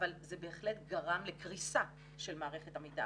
אבל זה בהחלט גרם לקריסה של מערכת המידע.